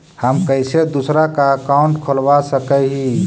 हम कैसे दूसरा का अकाउंट खोलबा सकी ही?